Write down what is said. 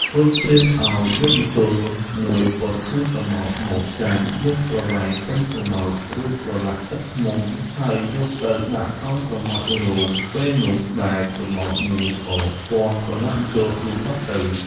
រួចព្រាហ្មណ៍ឲ្យយកម្ជុល មួយប៉ុនខ្លួនស្រមោច មកកាត់យកប្រវែងប៉ុនស្រមោច រួចប្រឡាក់ទឹកឃ្មុំ ហើយយកទៅដាក់ឲ្យស្រមោចរោម ពេលនោះដែរ ស្រមោចមួយក៏ពាំកំណាត់ម្ជុលនោះបាត់ទៅ។